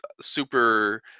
super